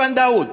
(אומר בערבית: